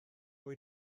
pwy